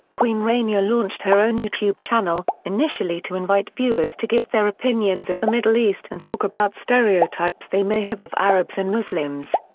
queen rania launched her own youtube channel, initially to invite viewers to give their opinions of the middle east and talk about stereotypes they may have of arabs and muslims.